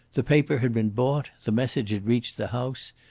the paper had been bought, the message had reached the house,